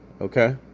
okay